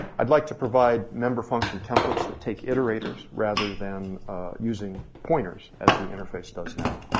i'd like to provide member function templates that take iterators rather than using pointers as the interface does now.